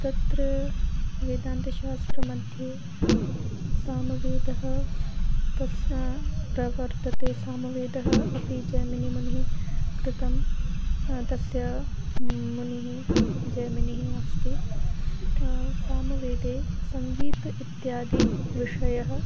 तत्र वेदान्तशास्त्रमध्ये सामवेदः तस्य प्रवर्तते सामवेदः अपि जैमिनि मुनेः कृतं तस्य मुनिः जैमिनिः अस्ति सामवेदे सङ्गीतम् इत्यादि विषयाः